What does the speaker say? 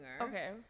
Okay